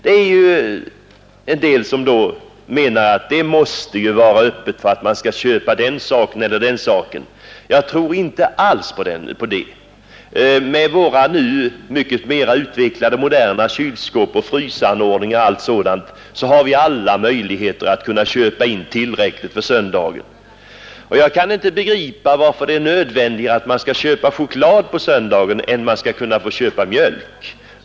Det är ju en del som menar att det måste vara öppet för att man skall köpa den saken eller den saken. Det tror jag inte alls på. Med våra nu mycket mer utvecklade moderna kylskåp och frysanordningar och allt sådant har vi alla möjligheter att köpa in tillräckligt för söndagen. Jag kan inte begripa varför det är nödvändigare att man skall köpa choklad på söndagen än att man skall kunna köpa mjölk.